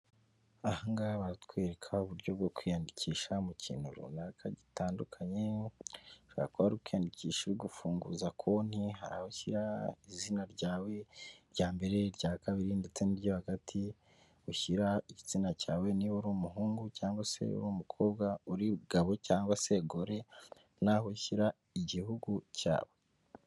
Aha ngaha watwereka uburyo bwo kwiyandikisha mu kintu runaka gitandukanye, bishobora kuba kwiyandikisha uri gufunguza konti, hari aho ushyira izina ryawe rya mbere ,irya kabiri, ndetse n'iryo hagati, ushyira igitsina cyawe, niba uri umuhungu cyangwa se umukobwa, uri gabo cyangwa se gore, n'aho ushyira igihugu cyawe.